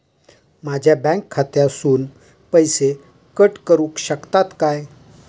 माझ्या बँक खात्यासून पैसे कट करुक शकतात काय?